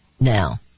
Now